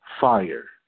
fire